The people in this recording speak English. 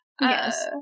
Yes